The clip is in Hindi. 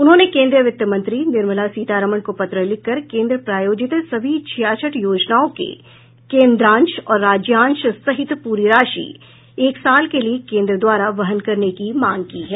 उन्होंने केंद्रीय वित्त मंत्री निर्मला सीतारामन को पत्र लिखकर केंद्र प्रायोजित सभी छियासठ योजनाओं के केंद्रांश और राज्यांश सहित पूरी राशि एक साल के लिये केंद्र द्वारा वहन करने की मांग की है